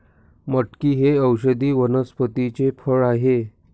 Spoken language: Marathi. मटकी हे औषधी वनस्पतीचे फळ आहे